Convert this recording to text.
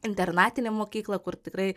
internatinė mokykla kur tikrai